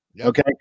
Okay